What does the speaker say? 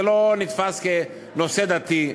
זה לא נתפס כנושא דתי.